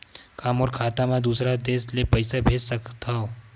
का मोर खाता म दूसरा देश ले पईसा भेज सकथव?